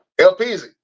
LPZ